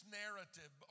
narrative